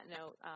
note